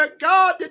God